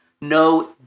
no